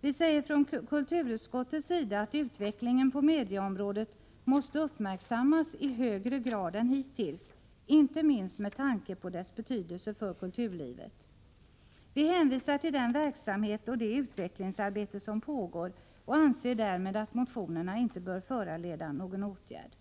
Vi säger från kulturutskottets sida att utvecklingen på medieområdet måste uppmärksammas i högre grad än hittills, inte minst med tanke på dess betydelse för kulturlivet. Vi hänvisar till den verksamhet och det utvecklingsarbete som pågår och anser att motionerna inte bör föranleda någon åtgärd.